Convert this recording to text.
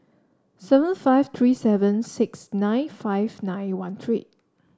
seven five three seven six nine five nine one three